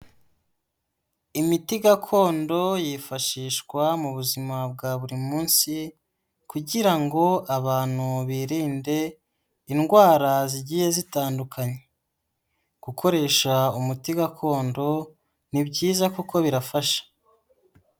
Imiti gakondo yifashishwa mu buzima bwa buri munsi kugira ngo abantu birinde indwara zigiye zitandukanye, gukoresha umuti gakondo ni byiza kuko birafasha.